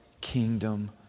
kingdom